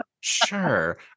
sure